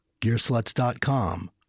Gearsluts.com